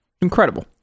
incredible